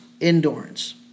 endurance